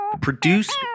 Produced